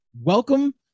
welcome